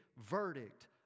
verdict